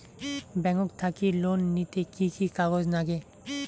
Bank থাকি loan নিতে কি কি কাগজ নাগে?